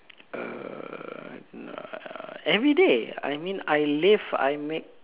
err everyday I mean I live I make